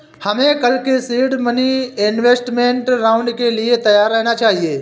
हमें कल के सीड मनी इन्वेस्टमेंट राउंड के लिए तैयार रहना चाहिए